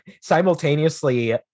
simultaneously